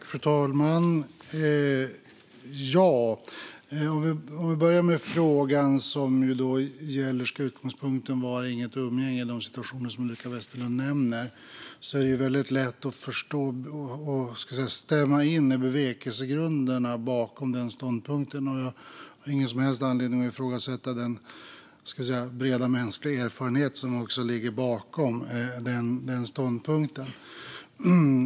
Fru talman! Vi kan börja med frågan om utgångspunkten ska vara inget umgänge i de situationer som Ulrika Westerlund nämner. Det är väldigt lätt att förstå och stämma in i bevekelsegrunderna bakom den ståndpunkten. Jag har ingen som helst anledning att ifrågasätta den breda mänskliga erfarenhet som ligger bakom den ståndpunkten.